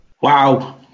Wow